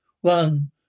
One